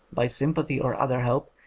by sympathy or other help,